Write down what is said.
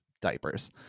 diapers